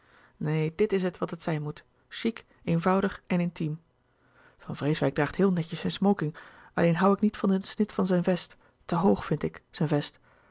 neen dit is het wat het zijn moet chic eenvoudig en intiem van vreeswijck draagt heel netjes louis couperus de boeken der kleine zielen zijn smoking alleen hoû ik niet van den snit van zijn vest te hoog vind ik zijn vest